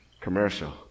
commercial